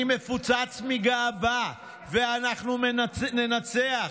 אני מפוצץ מגאווה ואנחנו ננצח".